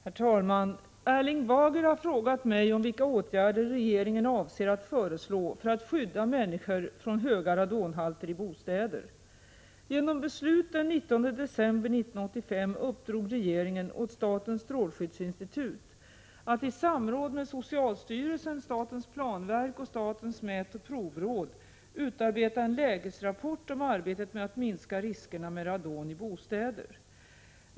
Herr talman! Erling Bager har frågat mig om vilka åtgärder regeringen avser att föreslå för att skydda människor från höga radonhalter i bostäder. Genom beslut den 19 december 1985 uppdrog regeringen åt statens strålskyddsinstitut att i samråd med socialstyrelsen, statens planverk och statens mätoch provråd utarbeta en lägesrapport om arbetet med att minska riskerna med radon i bostäder.